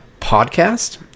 podcast